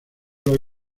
los